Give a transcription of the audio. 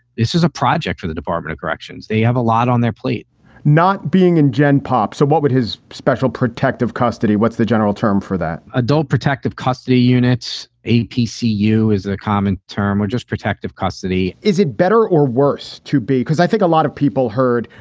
this is a project for the department of corrections they have a lot on their plate not being in gen pop so what would his special protective custody, what's the general term for that adult protective custody unit apc you is the common term or just protective custody? is it better or worse to be? because i think a lot of people heard,